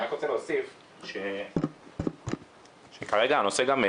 אני רק רוצה להוסיף שכרגע הנושא גם,